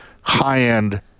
high-end